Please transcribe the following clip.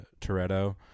Toretto